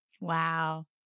Wow